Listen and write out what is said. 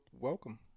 welcome